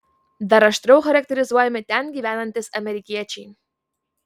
dar aštriau charakterizuojami ten gyvenantys amerikiečiai